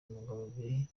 ntungamubiri